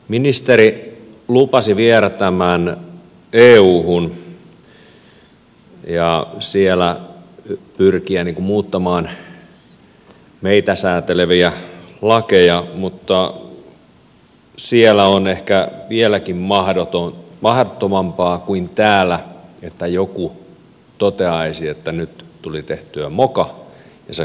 ministeri lupasi viedä tämän euhun ja siellä pyrkiä muuttamaan meitä sääteleviä lakeja mutta siellä on ehkä vieläkin mahdottomampaa kuin täällä että joku toteaisi että nyt tuli tehtyä moka ja se korjataan